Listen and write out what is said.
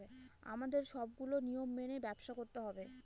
আমাদের সবগুলো নিয়ম মেনে ব্যবসা করতে হয়